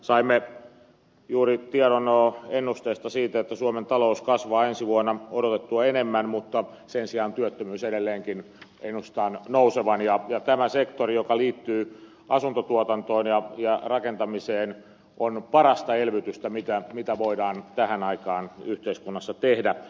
saimme juuri tiedon ennusteista siitä että suomen talous kasvaa ensi vuonna odotettua enemmän mutta sen sijaan työttömyyden edelleenkin ennustetaan nousevan ja tämä sektori joka liittyy asuntotuotantoon ja rakentamiseen on parasta elvytystä mitä voidaan tähän aikaan yhteiskunnassa tehdä